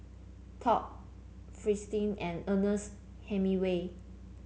Top Fristine and Ernest Hemingway